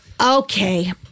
Okay